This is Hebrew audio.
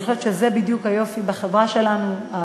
אני חושבת שזה בדיוק היופי בחברה שלנו,